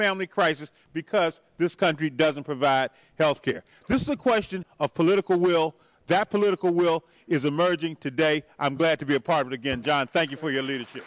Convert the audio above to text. family crisis because this country doesn't provide health care this is a question of political will that political will is emerging today i'm glad to be a part again john thank you for your leaders